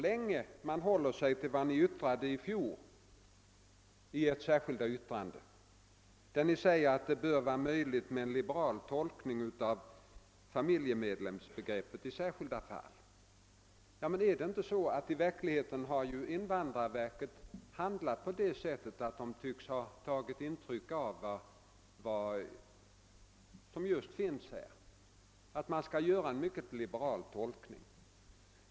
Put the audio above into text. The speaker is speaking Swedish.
Jag vill hålla mig till vad folkpartiet framhöll i sitt särskilda yttrande i fjol, nämligen att det bör vara möjligt med en liberal tolkning av familjemedlemsbegreppet i särskilda fall. Invandrarverket har i verkligheten handlat på ett sätt som kan tydas så att man tagit intryck härav genom att tillämpa en mycket liberal tolkning.